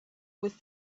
with